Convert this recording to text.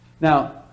Now